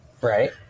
right